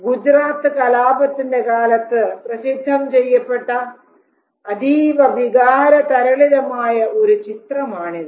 ഗുജറാത്ത് കലാപത്തിന്റെ കാലത്ത് പ്രസിദ്ധം ചെയ്യപ്പെട്ട അതീവ വികാരതരളിതമായ ഒരു ചിത്രമാണിത്